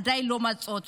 שעדיין לא מצאו אותה.